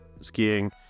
skiing